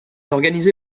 organisé